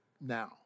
now